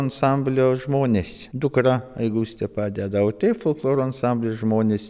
ansamblio žmonės dukra gustė padeda o taip folkloro ansamblio žmonės